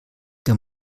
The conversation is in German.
der